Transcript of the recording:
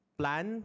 plan